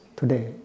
today